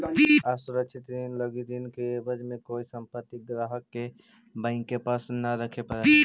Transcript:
असुरक्षित ऋण लगी ऋण के एवज में कोई संपत्ति ग्राहक के बैंक के पास न रखे पड़ऽ हइ